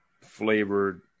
flavored